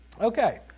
Okay